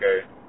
okay